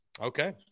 Okay